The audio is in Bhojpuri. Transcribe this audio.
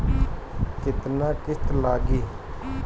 केतना किस्त लागी?